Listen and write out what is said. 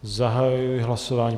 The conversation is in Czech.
Zahajuji hlasování.